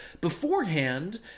Beforehand